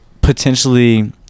potentially